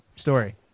story